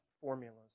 formulas